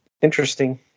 interesting